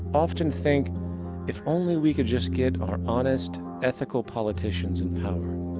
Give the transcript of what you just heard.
often think if only we could just get our honest, ethical politicians in power,